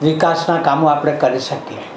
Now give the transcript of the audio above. વિકાસના કામો આપણે કરી શકીએ